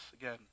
again